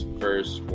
first